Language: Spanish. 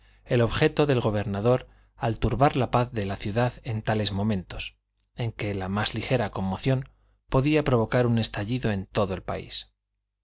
el objeto del gobernador al turbar la paz de la ciudad en tales momentos en que la más ligera conmoción podía provocar un estallido en todo el país